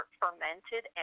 fermented